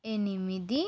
ఎనిమిది